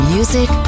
Music